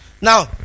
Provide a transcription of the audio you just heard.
Now